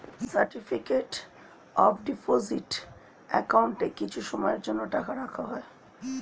certificate of deposit অ্যাকাউন্টে কিছু সময়ের জন্য টাকা রাখা হয়